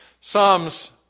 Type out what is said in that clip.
Psalms